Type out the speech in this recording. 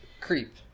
creep